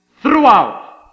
throughout